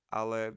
ale